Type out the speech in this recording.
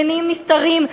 מניעים נסתרים,